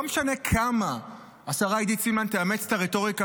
לא משנה כמה השרה עידית סילמן תאמץ את הרטוריקה